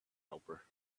helper